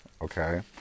okay